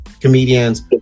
comedians